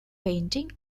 painting